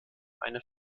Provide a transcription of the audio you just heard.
eine